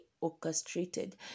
orchestrated